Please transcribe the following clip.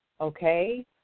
Okay